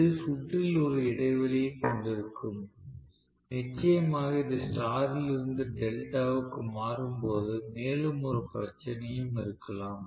இது சுற்றில் ஒரு இடைவெளியைக் கொண்டிருக்கும் நிச்சயமாக இது ஸ்டார் ல் இருந்து டெல்டாவிற்கு மாறும்போது மேலும் ஒரு பிரச்சனையும் இருக்கலாம்